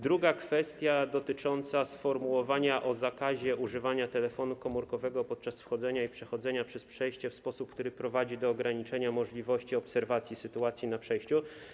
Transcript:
Druga kwestia dotyczy sformułowania o zakazie używania telefonu komórkowego podczas wchodzenia i przechodzenia przez przejście w sposób, który prowadzi do ograniczenia możliwości obserwacji sytuacji na przejściu.